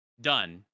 done